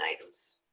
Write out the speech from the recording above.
items